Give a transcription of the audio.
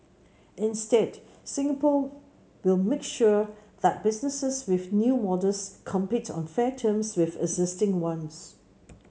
instead Singapore will make sure that businesses with new models compete on fair terms with existing ones